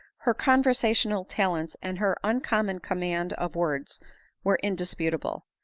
her conversational talents, and her uncommon command of words were indisputable.